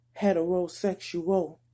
heterosexual